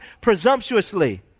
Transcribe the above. presumptuously